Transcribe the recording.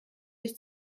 sich